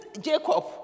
Jacob